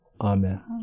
Amen